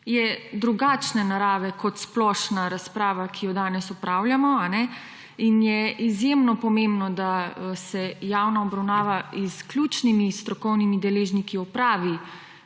je drugačne narave kot splošna razprava, ki jo danes opravljamo. Izjemno pomembno je, da se javna obravnava s ključnimi strokovnimi deležniki opravi,